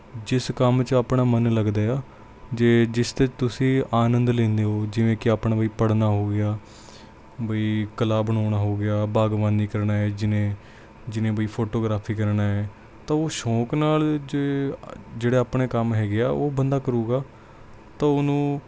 ਜਿਸ ਕੰਮ 'ਚ ਆਪਣਾ ਮਨ ਲੱਗਦਾ ਆ ਜੇ ਜਿਸ 'ਤੇ ਤੁਸੀਂ ਆਨੰਦ ਲੈਂਦੇ ਹੋ ਜਿਵੇਂ ਕਿ ਆਪਣਾ ਕੋਈ ਪੜ੍ਹਨਾ ਹੋ ਗਿਆ ਬਈ ਕਲਾ ਬਣਾਉਣਾ ਹੋ ਗਿਆ ਬਾਗਵਾਨੀ ਕਰਨਾ ਹੈ ਜਿਹਨੇ ਜਿਹਨੇ ਬਾਈ ਫੋਟੋਗ੍ਰਾਫੀ ਕਰਨਾ ਹੈ ਤਾਂ ਉਹ ਸ਼ੌਕ ਨਾਲ ਜੇ ਜਿਹੜੇ ਆਪਣੇ ਕੰਮ ਹੈਗੇ ਆ ਉਹ ਬੰਦਾ ਕਰੂਗਾ ਤਾਂ ਉਹਨੂੰ